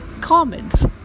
comments